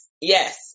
yes